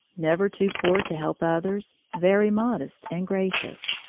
never too poor to help others, very modest and gracious.